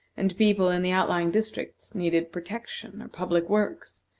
and people in the outlying districts needed protection or public works,